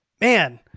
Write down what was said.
man